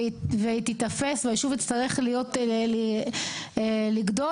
אם את חושבת שתצליחי להפטר ממני פה בבניין,